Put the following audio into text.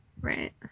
Right